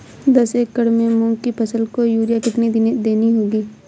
दस एकड़ में मूंग की फसल को यूरिया कितनी देनी होगी?